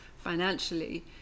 financially